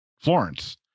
Florence